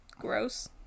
gross